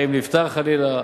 האם נפטר חלילה,